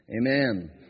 Amen